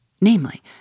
namely